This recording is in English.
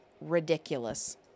Ridiculous